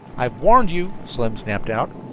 i've warned you, slim snapped out.